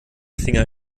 finger